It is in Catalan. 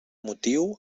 motiu